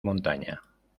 montaña